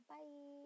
Bye